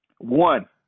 One